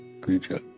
creature